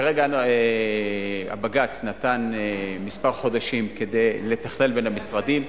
כרגע בג"ץ נתן כמה חודשים כדי לתכלל בין המשרדים.